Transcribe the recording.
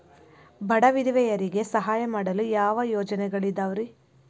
ಬಡ ವಿಧವೆಯರಿಗೆ ಸಹಾಯ ಮಾಡಲು ಯಾವ ಯೋಜನೆಗಳಿದಾವ್ರಿ?